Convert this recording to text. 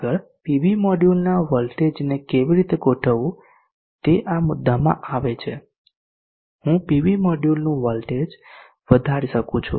આગળ પીવી મોડ્યુલના વોલ્ટેજને કેવી રીતે ગોઠવવું તે આ મુદ્દામાં આવે છે હું પીવી મોડ્યુલનું વોલ્ટેજ વધારી શકું છું